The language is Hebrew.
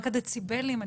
רק הדציבלים,